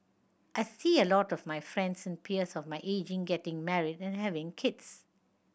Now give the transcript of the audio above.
I see a lot of my friends and peers of my age getting married and having kids